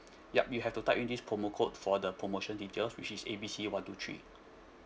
yup you have to type in this promo code for the promotion details which is A B C one two three